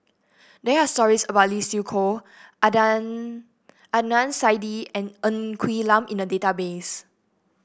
there are stories about Lee Siew Choh Adnan Saidi and Ng Quee Lam in the database